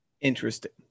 interesting